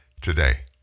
today